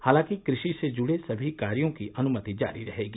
हालांकि क्रषि से जुड़े सभी कार्यो की अनुमति जारी रहेगी